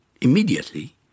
immediately